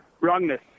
Wrongness